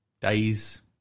days